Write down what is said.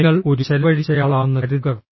നിങ്ങൾ ഒരു ചെലവഴിച്ചയാളാണെന്ന് കരുതുക